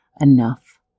enough